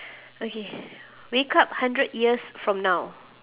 okay wake up hundred years from now